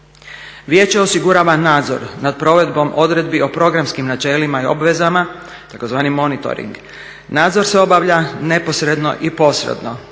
Vijeće osigurava nadzor nad provedbom odredbi o programskim načelima i obvezama, tzv. monitoring. Nadzor se obavlja neposredno i posredno.